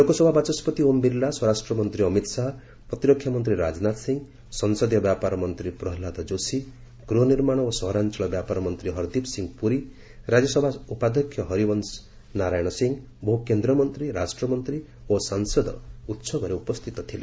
ଲୋକସଭା ବାଚସ୍କତି ଓମ୍ ବିର୍ଲା ସ୍ୱରାଷ୍ଟ୍ର ମନ୍ତ୍ରୀ ଅମିତ ଶାହା ପ୍ରତିରକ୍ଷାମନ୍ତ୍ରୀ ରାଜନାଥ ସିଂହ ସଂସଦୀୟ ବ୍ୟାପର ମନ୍ତ୍ରୀ ପ୍ରହଲ୍ଲାଦ ଯୋଶୀ ଗୃହନିର୍ମାଣ ଓ ସହରାଞ୍ଚଳ ବ୍ୟାପାର ମନ୍ତ୍ରୀ ହର୍ଦିପ ସିଂହ ପୁରୀ ରାଜ୍ୟସଭା ଉପାଧ୍ୟକ୍ଷ ହରିବଂଶ ନାରାୟଣ ସିଂହ ବହୁ କେନ୍ଦ୍ରମନ୍ତ୍ରୀ ରାଷ୍ଟମନ୍ତ୍ରୀ ଓ ସାଂସଦ ଉସବରେ ଉପସ୍ଥିତ ଥିଲେ